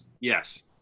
Yes